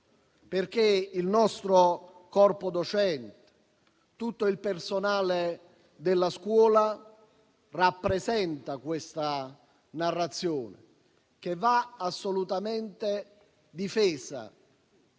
perché il nostro corpo docente e tutto il personale della scuola rappresentano questa narrazione, che va assolutamente difesa,